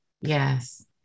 Yes